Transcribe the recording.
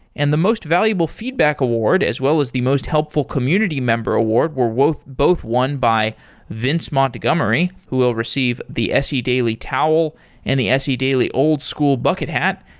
and the most valuable feedback award, as well as the most helpful community member award were both both won by vince montgomery, who will receive the se daily towel and the se daily old school bucket hat.